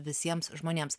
visiems žmonėms